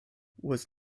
was